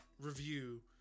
review